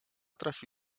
trafi